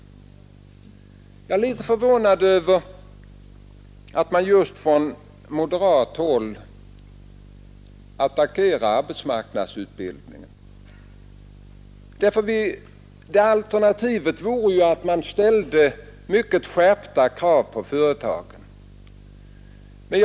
Jag är litet förvånad över att man just från moderat håll attackerar arbetsmarknadsutbildningen, eftersom alternativet ju vore att vi ställde mycket skärpta krav på företagen.